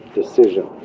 decision